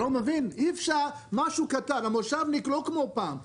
משהו קטן, המושבניק הוא לא כמו פעם.